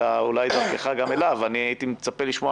אלא אולי דרכך גם אליו אני הייתי מצפה לשמוע